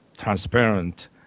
transparent